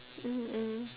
mm mm